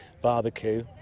barbecue